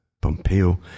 Pompeo